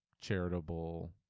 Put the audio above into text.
charitable